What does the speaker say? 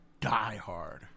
diehard